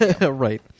Right